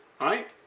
right